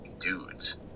dudes